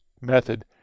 method